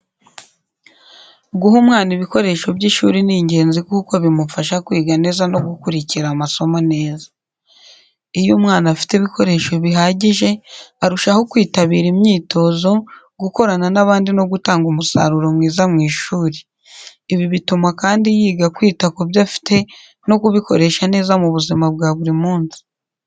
Guha umwana ibikoresho by’ishuri ni ingenzi kuko bimufasha kwiga neza no gukurikira amasomo neza. Iyo umwana afite ibikoresho bihagije, arushaho kwitabira imyitozo, gukorana n’abandi no gutanga umusaruro mwiza mu ishuri. Ibi bituma kandi yiga kwita ku byo afite no kubikoresha neza mu buzima bwa buri munsi.